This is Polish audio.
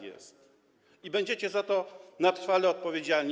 I będziecie za to na trwałe odpowiedzialni.